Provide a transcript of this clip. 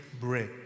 break